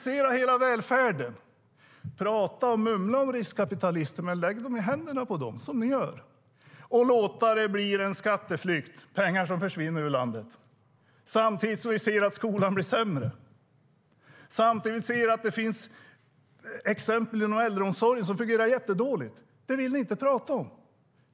Ska hela välfärden privatiseras? Ni pratar och mumlar om riskkapitalister men lägger det ändå i händerna på dem på det sätt som ni gör och låter pengar försvinna ut ur landet i form av skatteflykt. Det sker samtidigt som vi ser att skolan blir sämre, samtidigt som vi ser exempel på äldreomsorg som fungerar jättedåligt. Det vill ni inte prata om.